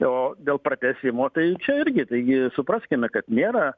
o dėl pratęsimo tai čia irgi taigi supraskime kad nėra